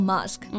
Musk